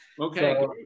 Okay